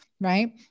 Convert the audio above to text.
right